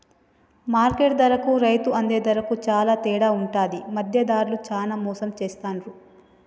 market ధరకు రైతు అందే ధరకు చాల తేడా ఉంటది మధ్య దళార్లు చానా మోసం చేస్తాండ్లు